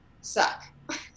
suck